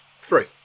Three